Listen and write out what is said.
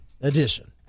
edition